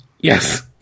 yes